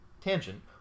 tangent